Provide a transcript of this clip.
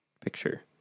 picture